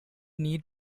need